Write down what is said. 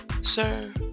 Sir